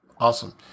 Awesome